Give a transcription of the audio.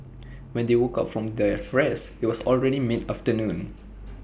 when they woke up from their rest IT was already mid afternoon